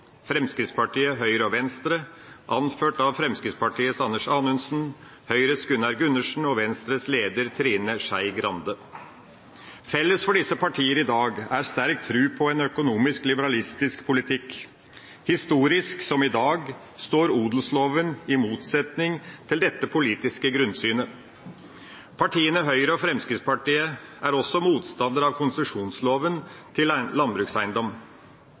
Fremskrittspartiet, Høyre og Venstre, anført av Fremskrittspartiets Anders Anundsen, Høyres Gunnar Gundersen og Venstres leder, Trine Skei Grande. Felles for disse partier i dag er sterk tro på en økonomisk-liberalistisk politikk. Historisk som i dag står odelsloven i motsetning til dette politiske grunnsynet. Partiene Høyre og Fremskrittspartiet er også motstander av konsesjonsloven til landbrukseiendom.